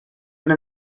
one